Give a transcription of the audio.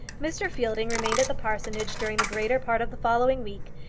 mr. fielding remained at the parsonage during the greater part of the following week,